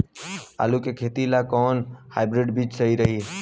आलू के खेती ला कोवन हाइब्रिड बीज सही रही?